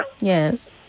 Yes